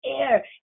Air